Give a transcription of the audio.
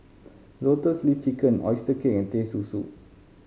Lotus Leaf Chicken oyster cake and Teh Susu